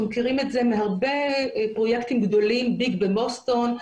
אנחנו מכירים את זה מהרבה פרויקטים גדולים ביג בבוסטון,